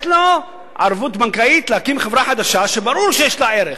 לו ערבות בנקאית להקים חברה חדשה שברור שיש לה ערך?